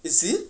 is it